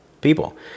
people